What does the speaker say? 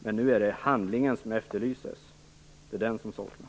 Men nu är handling som efterlyses, det är det som saknas.